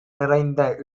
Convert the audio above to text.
நிறைந்த